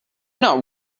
not